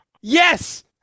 Yes